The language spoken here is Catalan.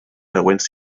següents